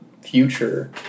future